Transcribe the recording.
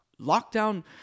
lockdown